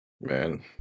Man